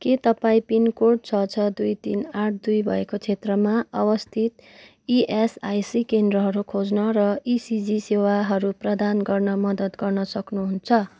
के तपाईँँ पिनकोड छ छ दुई तिन आठ दुई भएको क्षेत्रमा अवस्थित इएसआइसी केन्द्रहरू खोज्न र इसिजी सेवाहरू प्रदान गर्न मद्दत गर्न सक्नुहुन्छ